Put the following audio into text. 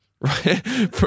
right